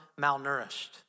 malnourished